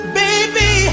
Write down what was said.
baby